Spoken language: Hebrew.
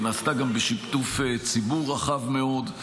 ונעשתה גם בשיתוף ציבור רחב מאוד,